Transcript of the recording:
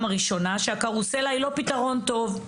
הראשונה שנראה שהקרוסלה היא לא פתרון טוב.